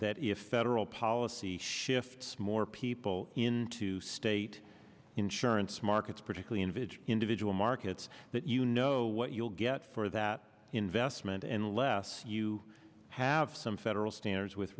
that if federal policy shifts more people into state insurance markets particularly in village individual markets that you know what you'll get for that investment and less you have some federal standards with